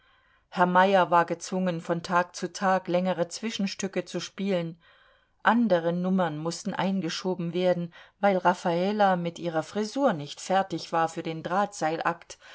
herr meyer war gezwungen von tag zu tag längere zwischenstücke zu spielen andere nummern mußten eingeschoben werden weil raffala mit ihrer frisur nicht fertig war für den drahtseilakt